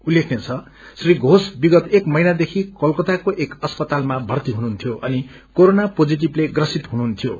उल्लेखनीय छ श्री घोष विगत एक महिनादेखि कलकताको एक अस्पातालमा भर्ती हुनुहुन्थ्यो अनि कोरोना पोजिटिथले ग्रासित हुनुहुन्थ्यो